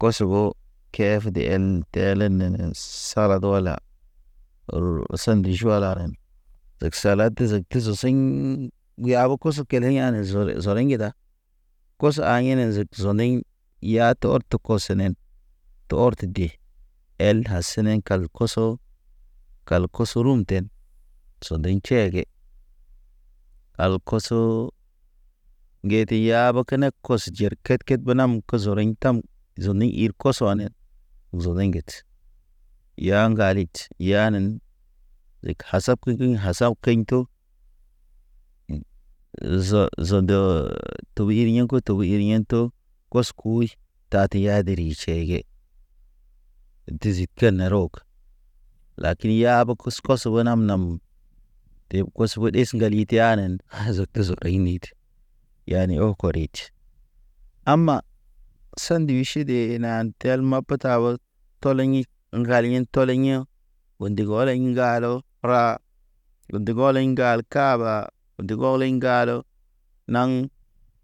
kos ɓo kef de hen. Te ele nenen sarad wala, ro sandə ju ala ren tek sala tezek tezek sḭŋ. Yaɓo koso kele yane zo le zole ŋge da, koso a yene zeg zɔndig ya tor te kos nen. Te or te de, el a sene kal koso. Kal koso rum ten, sɔdeɲ tʃɛkɛ. Al koso ŋgete yaabe kenek kos jer, ket- ket ɓenam, ke zoriŋ tam. Zoni hir koso ane, zoni ŋgit. Ya ŋgalit yanen, de kasab ke kasab keɲ to, ze zende. To wiri yanko to yiri yanto, kɔs kuwi ta tera di ri tʃege dizi kene rog. Lakin yabe kus kɔs go nam nam, deb kos ɓo ɗes ŋgali teyanen, haz tez gay nid. Yani ɔ kɔritʃ, amma, sanduy ʃide na tel na mape tabe, tɔlen hit, ŋgal hen tɔlen ya̰. O ndig ɔlḛŋ ŋgalo ra, lo ndig ɔliɲ ŋgal kaba. Lo ndig ɔg liɲ ŋgalo naŋ.